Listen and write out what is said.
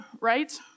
right